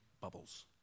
bubbles